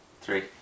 Three